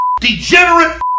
degenerate